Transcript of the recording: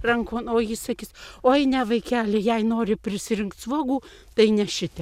rankon o ji sakys oi ne vaikeli jei nori prisirinkt svogū tai ne šitep